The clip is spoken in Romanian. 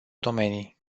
domenii